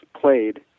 played